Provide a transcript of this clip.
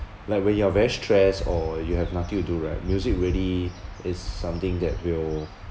like when you are very stress or you have nothing to do right music really is something that will